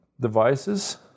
devices